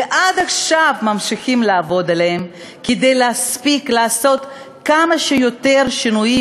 ועד עכשיו ממשיכים לעבוד עליהן כדי להספיק לעשות כמה שיותר שינויים